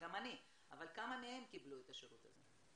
גם אני, אבל כמה מהם קיבלו את השירות הזה?